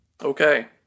Okay